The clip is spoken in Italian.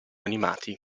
animati